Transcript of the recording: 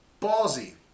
Ballsy